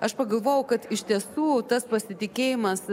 aš pagalvojau kad iš tiesų tas pasitikėjimas